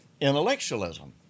intellectualism